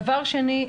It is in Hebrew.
דבר שני,